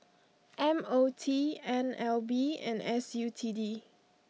M O T N L B and S U T D